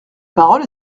parole